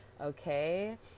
Okay